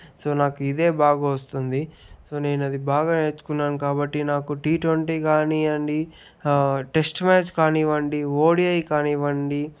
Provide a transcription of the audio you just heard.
so నాకు ఇదే బాగా వస్తుంది సో నేను అది బాగా నేర్చుకున్నాను కాబట్టి నాకు టీ ట్వెంటీ కానివ్వండి టెస్ట్ మ్యాచ్ కానివ్వండి ఓడిఐ కానివ్వండి